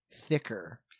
thicker